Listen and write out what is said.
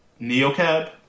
NeoCab